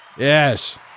Yes